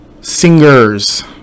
Singers